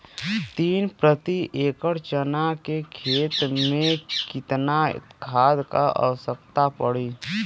तीन प्रति एकड़ चना के खेत मे कितना खाद क आवश्यकता पड़ी?